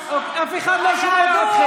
אף אחד לא שאל אתכם.